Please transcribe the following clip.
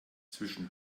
zwischen